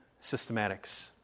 systematics